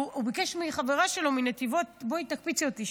הוא ביקש מחברה שלו מנתיבות: בואי תקפיצי אותי.